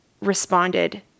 responded